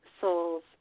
souls